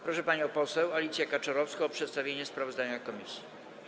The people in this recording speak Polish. Proszę panią poseł Alicję Kaczorowską o przedstawienie sprawozdania komisji.